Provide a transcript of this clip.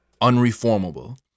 Unreformable